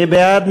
מי בעד?